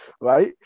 right